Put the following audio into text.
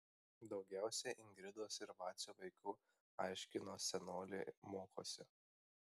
daugiausiai ingridos ir vacio vaikų aiškino senolė mokosi